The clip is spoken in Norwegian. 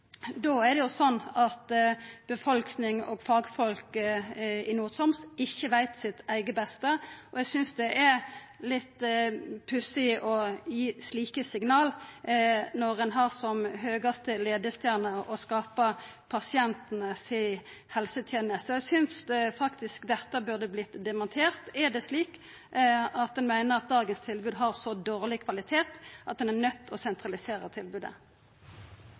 då veit jo ikkje befolkning og fagfolk i Nord-Troms sitt eige beste. Eg synest det er litt pussig å gi slike signal når ein har som høgaste leiestjerne å skapa pasientane si helseteneste. Eg synest faktisk det burde dementerast: Er det slik at ein meiner at dagens tilbod har så dårleg kvalitet at ein er nøydd til å sentralisera tilbodet?